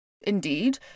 indeed